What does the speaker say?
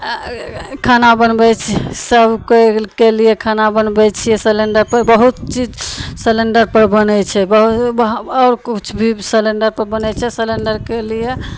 अँ खाना बनबय छी सब कोइके लिये खाना बनबय छियै सिलिण्डरपर बहुत चीज सिलिण्डरपर बनय छै बहु बा आओर किछु भी सिलिण्डरपर बनय छै सिलिण्डरके लिये